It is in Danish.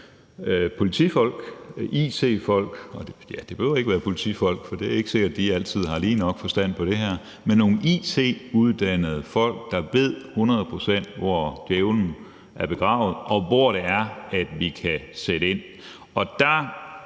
politifolk, it-folk, ja, det behøver ikke være politifolk, for det er ikke sikkert, at de altid har lige nok forstand på det her, men nogle it-uddannede folk, der ved hundrede procent, hvor hunden ligger begravet, og hvor det er, vi kan sætte ind. Der